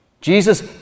Jesus